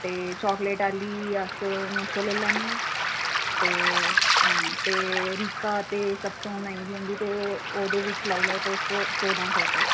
ते चाकलेट आह्ली अस नौ सौ लेई लैन्ने आं ते हां ते रिका ते सब तों मैंह्गी होंदी ते ओह्दे बिच्च लाई लेओ तुस चौदां सौ रपेऽ